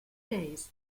days